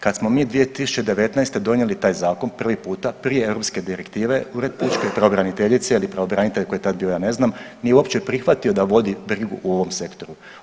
Kad smo mi 2019. donijeli taj zakon prvi puta prije europske direktive Ured pučke pravobraniteljice ili pravobranitelja koji je tad bio ja ne znam nije uopće prihvatio da vodi brigu o ovom sektoru.